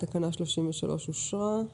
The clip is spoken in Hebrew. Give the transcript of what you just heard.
תקנה 33 אושרה פה-אחד.